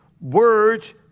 Words